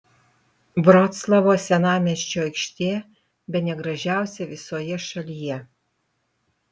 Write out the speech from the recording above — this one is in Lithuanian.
vroclavo senamiesčio aikštė bene gražiausia visoje šalyje